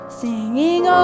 singing